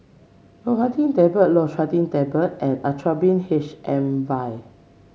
Loratadine Tablets Loratadine Tablets and Actrapid H M vial